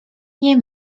nie